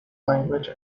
language